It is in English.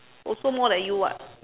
also more than you [what]